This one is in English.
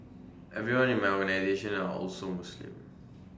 everyone in my organisation are all so Muslim